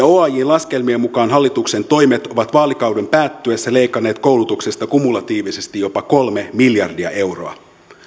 oajn laskelmien mukaan hallituksen toimet ovat vaalikauden päättyessä leikanneet koulutuksesta kumulatiivisesti jopa kolme miljardia euroa